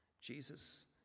Jesus